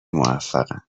موفقن